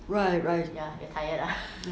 right right